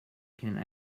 can